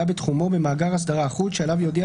מי שיהיה מעוניין למצוא את האסדרה שחלה עליו או מי שרוצה